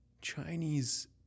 Chinese